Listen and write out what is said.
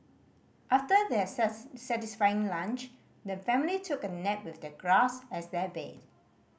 after their satisfying lunch the family took a nap with the grass as their bed